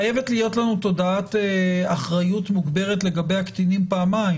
חייבת להיות לנו תודעת אחריות מוגברת לגבי הקטינים פעמיים,